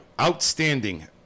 outstanding